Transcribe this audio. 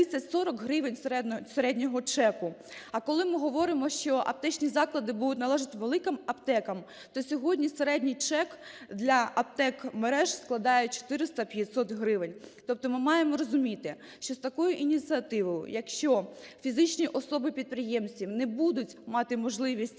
30-40 гривень середнього чеку. А коли ми говоримо, що аптечні заклади будуть належати великим аптекам, то сьогодні середній чек для аптек мереж складає 400-500 гривень. Тобто ми маємо розуміти, що з такою ініціативою, якщо фізичні особи-підприємці не будуть мати можливість